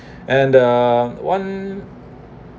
and uh one